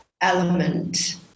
element